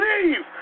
Leave